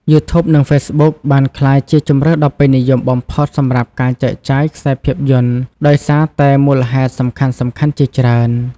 យូធូប និង ហ្វេសប៊ុក បានក្លាយជាជម្រើសដ៏ពេញនិយមបំផុតសម្រាប់ការចែកចាយខ្សែភាពយន្ត ដោយសារតែមូលហេតុសំខាន់ៗជាច្រើន។